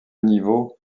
niveau